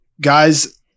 guys